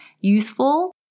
useful